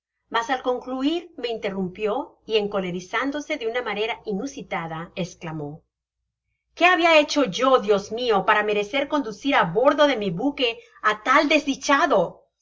mas al concluir me interrumpio y encolerizándose de una manera inusitada esclamó qué habia yo hecho dios mio para merecer conducir á bordo de miibuque á tal desdichado no